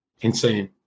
insane